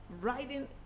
riding